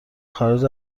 خارج